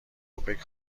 اوپک